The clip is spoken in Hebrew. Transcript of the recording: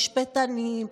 משפטנים,